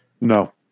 No